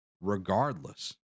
regardless